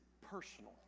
personal